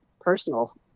personal